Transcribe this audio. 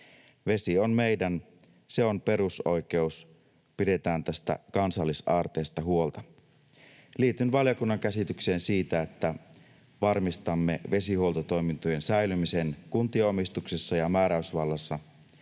Vesi on meidän. Se on perusoikeus. Pidetään tästä kansallisaarteesta huolta. Liityn valiokunnan käsitykseen siitä, että varmistamme vesihuoltotoimintojen säilymisen kuntien omistuksessa ja määräysvallassa.